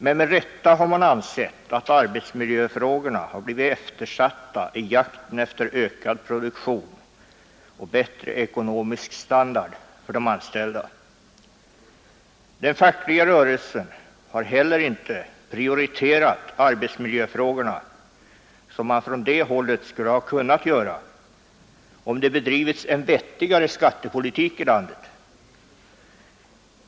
Med all rätt har man ansett att arbetsmiljöfrågorna har blivit eftersatta i jakten efter ökad produktion och bättre ekonomisk standard för de anställda. Den fackliga rörelsen har inte heller prioriterat arbetsmiljöfrågorna, som man från det hållet skulle ha kunnat göra om det bedrivits en vettigare skattepolitik i landet.